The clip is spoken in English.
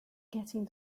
getting